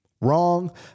wrong